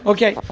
Okay